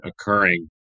occurring